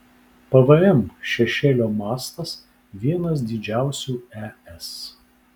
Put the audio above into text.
pvm šešėlio mastas vienas didžiausių es